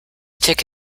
take